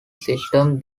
systems